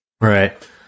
Right